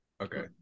okay